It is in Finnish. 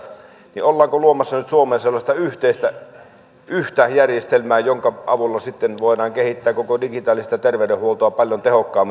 ollaanko nyt luomassa suomeen sellaista yhtä järjestelmää jonka avulla voidaan kehittää koko digitaalista terveydenhuoltoa paljon tehokkaammin